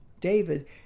David